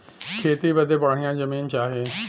खेती बदे बढ़िया जमीन चाही